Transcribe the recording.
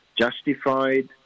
justified